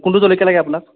কোনটো জলকীয়া লাগে আপোনাক